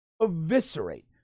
eviscerate